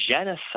genocide